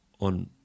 on